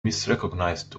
misrecognized